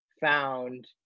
found